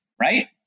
Right